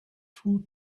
two